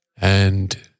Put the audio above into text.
and-